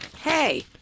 Hey